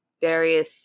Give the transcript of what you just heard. various